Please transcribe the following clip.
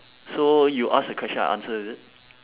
so you ask the question I answer is it